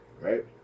right